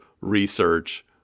research